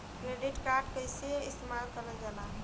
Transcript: Credit card कईसे इस्तेमाल करल जाला?